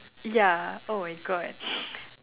ya oh my god